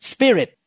Spirit